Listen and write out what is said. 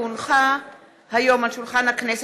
כי הונחה היום על שולחן הכנסת,